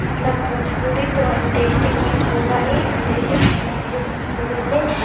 مطلب بھوجپوری تو انٹیسٹ ہی نہیں ہے پورا ہی انٹیسٹ نہیں ہے مجھے بھوجپوری سے